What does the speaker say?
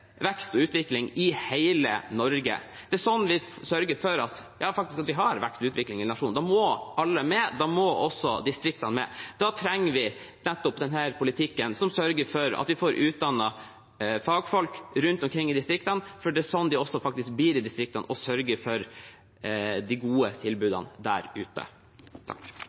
sørger for at vi faktisk har vekst og utvikling i nasjonen. Da må alle med. Da må også distriktene med. Da trenger vi nettopp denne politikken, som sørger for at vi får utdannet fagfolk rundt omkring i distriktene, for det er sånn de også faktisk blir i distriktene og sørger for de gode tilbudene der ute.